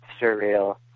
surreal